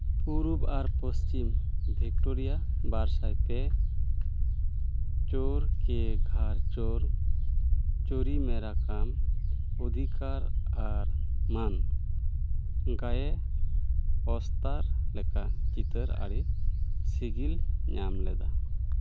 ᱯᱩᱨᱩᱵ ᱟᱨ ᱯᱚᱥᱪᱷᱤᱢ ᱵᱷᱤᱠᱴᱳᱨᱤᱭᱟᱹ ᱵᱟᱨᱥᱟᱭ ᱯᱮ ᱪᱳᱨ ᱠᱮ ᱜᱷᱟᱨ ᱪᱳᱨ ᱪᱳᱨᱤ ᱢᱮᱨᱟ ᱠᱟᱢ ᱚᱫᱷᱤᱠᱟᱨ ᱟᱨ ᱢᱟᱱ ᱜᱟᱭᱮ ᱚᱥᱛᱟᱨ ᱞᱮᱠᱟ ᱪᱤᱛᱟᱹᱨ ᱟᱹᱰᱤ ᱥᱮᱜᱤᱞ ᱧᱟᱢ ᱞᱮᱫᱟ